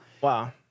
Wow